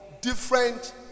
different